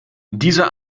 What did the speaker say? dieser